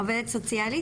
עובדת סוציאלית,